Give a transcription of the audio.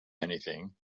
anything